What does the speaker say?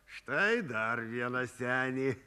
štai dar viena senė